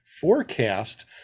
forecast